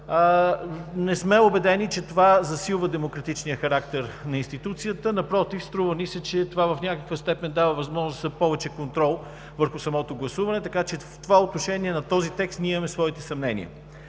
Не сме убедени, че това засилва демократичния характер на институцията. Напротив, струва ни се, че това в някаква степен дава възможност за повече контрол върху самото гласуване, така че в това отношение по този текст ние имаме своите съмнения.